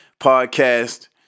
podcast